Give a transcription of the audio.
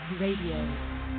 Radio